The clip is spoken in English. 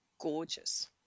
gorgeous